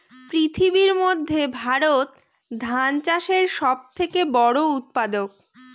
পৃথিবীর মধ্যে ভারত ধান চাষের সব থেকে বড়ো উৎপাদক